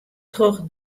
troch